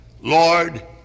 Lord